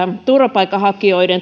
turvapaikanhakijat